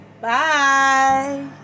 Bye